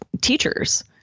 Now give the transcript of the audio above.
teachers